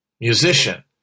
musician